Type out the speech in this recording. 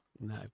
no